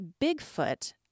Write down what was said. Bigfoot